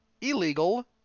illegal